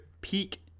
peak